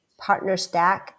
PartnerStack